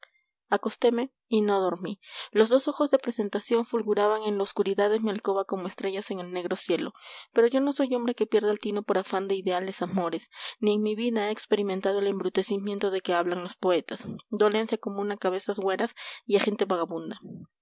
acosteme y no dormí los dos ojos de presentación fulguraban en la oscuridad de mi alcoba como estrellas en el negro cielo pero yo no soy hombre que pierde el tino por afán de ideales amores ni en mi vida he experimentado el embrutecimiento de que hablan los poetas dolencia común a cabezas hueras y a gente vagabunda